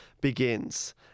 begins